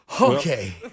Okay